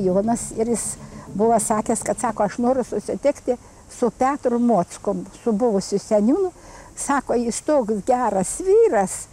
jonas ir jis buvo sakęs kad sako aš noriu susitikti su petru mockum su buvusiu seniūnu sako jis toks geras vyras